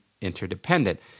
interdependent